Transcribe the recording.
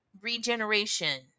regeneration